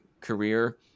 career